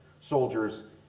soldiers